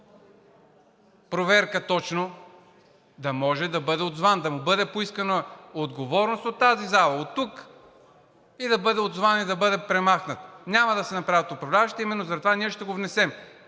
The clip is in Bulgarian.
проверка точно, да може да бъде отзован, да му бъде поискана отговорност от тази зала, оттук, да бъде отзован и да бъде премахнат. Няма да го направят управляващите, именно заради това ние ще го внесем.